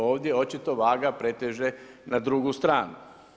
Ovdje očito vaga preteže na drugu stranu.